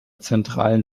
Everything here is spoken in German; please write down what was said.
zentralen